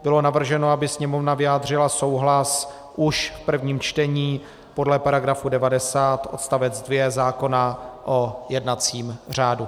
Bylo navrženo, aby Sněmovna vyjádřila souhlas už v prvním čtení podle § 90 odst. 2 zákona o jednacím řádu.